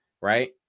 Right